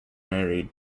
married